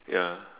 ya